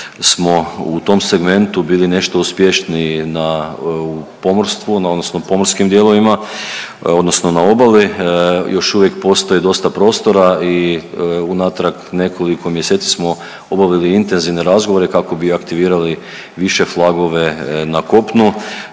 u tom segmentu bili nešto uspješniji na u pomorstvu na odnosno pomorskim dijelovima odnosno na obali. Još uvijek postoji dosta prostora i unatrag nekoliko mjeseci smo obavili intenzivne razgovore kako bi aktivirali više FLAG-ove na kopunu.